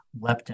leptin